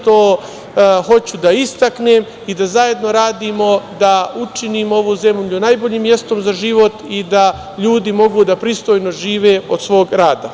To hoću da istaknem i da zajedno radimo da učinimo ovu zemlju najboljim mestom za život i da ljudi mogu da pristojno žive od svog rada.